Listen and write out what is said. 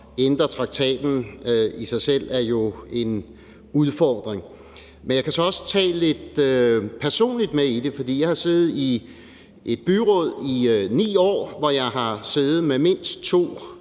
ændre traktaten er jo i sig selv en udfordring. Men jeg kan så også tage lidt personligt med i det, for jeg har siddet i et byråd i 9 år, hvor jeg har siddet med mindst to